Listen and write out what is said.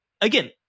again